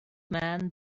man